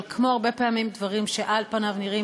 אבל כמו הרבה מאוד פעמים דברים שעל פניהם נראים